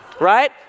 right